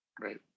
Right